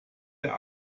der